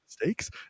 mistakes